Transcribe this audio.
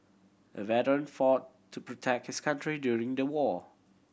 the veteran fought to protect his country during the war